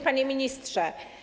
Panie Ministrze!